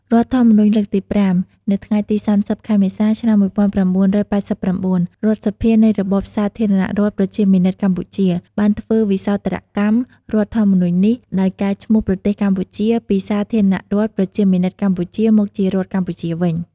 រដ្ឋធម្មនុញ្ញលើកទី៥ នៅថ្ងៃទី៣០ ខែមេសា ឆ្នាំ១៩៨៩ រដ្ឋសភានៃរបបសាធារណរដ្ឋប្រជាមានិតកម្ពុជា បានធ្វើវិសោធនកម្មរដ្ឋធម្មនុញ្ញនេះដោយកែឈ្មោះប្រទេសកម្ពុជាពីសាធារណរដ្ឋប្រជាមានិតកម្ពុជា មកជារដ្ឋកម្ពុជាវិញ។